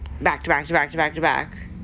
back-to-back-to-back-to-back-to-back